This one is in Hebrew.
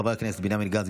חברי הכנסת בנימין גנץ,